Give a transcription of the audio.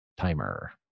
timer